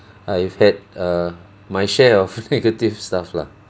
I've had err my share of negative stuff lah